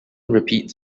repeats